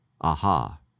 Aha